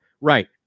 Right